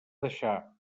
deixar